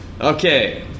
Okay